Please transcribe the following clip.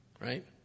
right